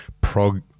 Prog